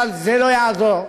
אבל זה לא יעזור.